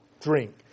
drink